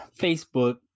Facebook